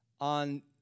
on